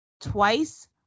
Twice